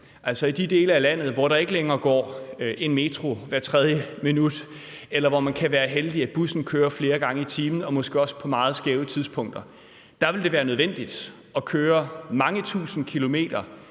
Altså, i de dele af landet, hvor der ikke går en metro hvert tredje minut, eller hvor man er heldig, hvis bussen kører flere gange i timen – og måske kører den også på meget skæve tidspunkter – vil det være nødvendigt for en ganske almindelig